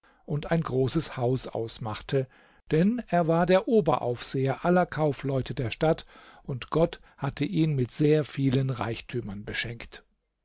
und ein großes haus ausmachte denn er war der oberaufseher aller kaufleute der stadt und gott hatte ihn mit sehr vielen reichtümern beschenkt